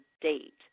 date